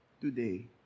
today